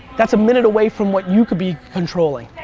that's a minute away from what you could be controlling.